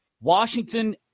Washington